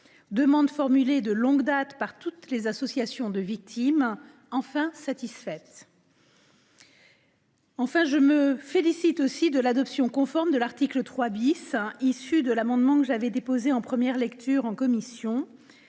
demande est formulée de longue date par toutes les associations de victimes : elle sera bientôt enfin satisfaite. Enfin, je me félicite de l’adoption conforme de l’article 3 , issu d’un amendement que j’avais déposé en première lecture en commission.